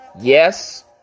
Yes